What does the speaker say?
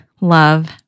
love